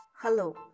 Hello